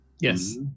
Yes